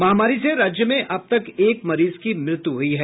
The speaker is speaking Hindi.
महामारी से राज्य में अब तक एक मरीज की मृत्यु हुई है